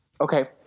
Okay